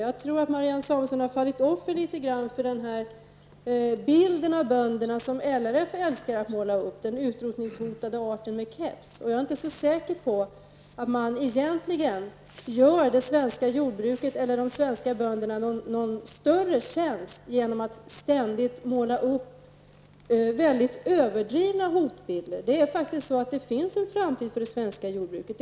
Jag tror att Marianne Samuelsson har fallit offer litet grand för bilden av bönderna som LRF älskar att måla upp, den utrotningshotade arten med keps. Jag är inte så säker på att man gör det svenska jordbruket eller de svenska bönderna någon större tjänst genom att ständigt måla upp överdrivna hotbilder. Det är faktiskt så att det finns en framtid för det svenska jordbruket.